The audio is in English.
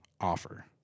offer